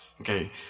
Okay